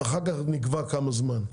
אחר כך נקבע כמה זמן,